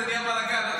ונהיה בלגן.